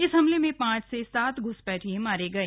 इस हमले में पांच से सात घुसपैठिये मारे गए